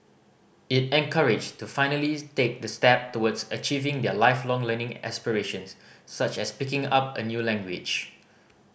it encouraged to finally take the step towards achieving their Lifelong Learning aspirations such as picking up a new language